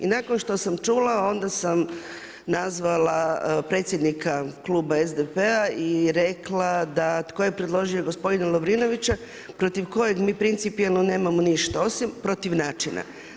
I nakon što sam čula, onda sam nazvala predsjednika Kluba SDP-a i rekla da tko je preložio gospodina Lovirnovića, protiv kojeg mi principalom nemamo ništa osim protiv načina.